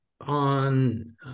on